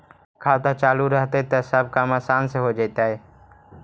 खाता चालु रहतैय तब सब काम आसान से हो जैतैय?